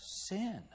sin